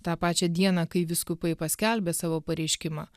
tą pačią dieną kai vyskupai paskelbė savo pareiškimą